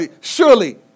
Surely